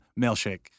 Mailshake